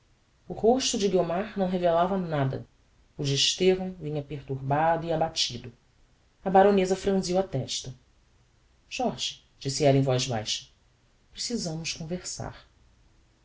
o rosto de guiomar não revelava nada o de estevão vinha perturbado e abatido a baroneza franziu a testa jorge disse ella em voz baixa precisamos conversar